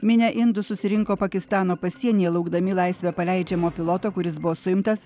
minia indų susirinko pakistano pasienyje laukdami į laisvę paleidžiamo piloto kuris buvo suimtas